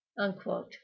Unquote